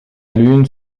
lune